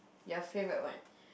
your favourite one